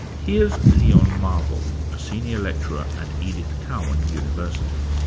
here's leon marvell, a senior lecturer at edith cowan university.